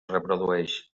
reprodueix